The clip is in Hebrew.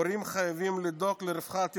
הורים חייבים לדאוג לרווחת ילדיהם.